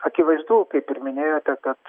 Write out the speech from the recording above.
akivaizdu kaip ir minėjote kad